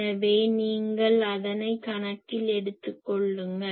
எனவே நீங்கள் அதனை கணக்கில் எடுத்துக்கொள்ளுங்கள்